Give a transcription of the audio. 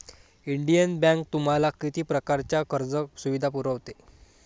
Indian bank तुम्हाला किती प्रकारच्या कर्ज सुविधा पुरवते?